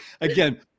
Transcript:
Again